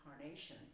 incarnation